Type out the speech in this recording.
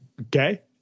Okay